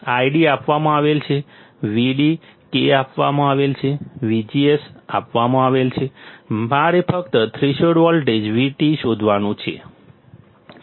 ID આપવામાં આવેલ છે VD K આપવામાં આવેલ છે VGS આપવામાં આવેલ છે મારે ફક્ત થ્રેશોલ્ડ વોલ્ટેજ VT શોધવાનું છે